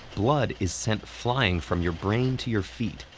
blood is sent flying from your brain to your feet,